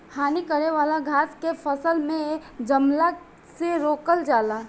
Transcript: हानि करे वाला घास के फसल में जमला से रोकल जाला